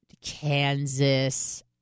Kansas